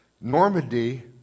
Normandy